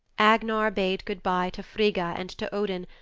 agnar bade goodby to frigga and to odin,